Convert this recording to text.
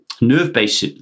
nerve-based